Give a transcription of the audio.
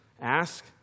Ask